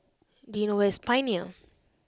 do you know where is Pioneer